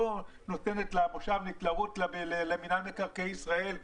לא נותנת למושבניק לרוץ למינהל מקרקעי ישראל,